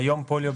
כיום פוליו,